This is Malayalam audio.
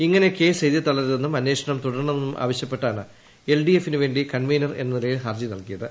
ഇങ്ങനെ കേസ് എഴുതി തള്ളരുതെന്നും അന്വേഷണം തുടരണമെന്നും ആവശ്യപ്പെട്ടാണ് എൽഡിഎഫിനു വേണ്ടി കൺവീനർ എന്ന നിലയിൽ ഹർജി നൽകിയത്